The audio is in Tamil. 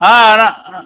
ஆ அதான்